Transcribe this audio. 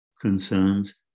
concerns